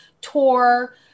tour